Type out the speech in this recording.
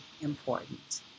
important